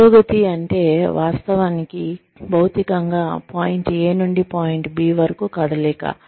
పురోగతి అంటే వాస్తవానికి భౌతికంగా పాయింట్ ఎ నుండి పాయింట్ బి వరకు కదలిక